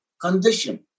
condition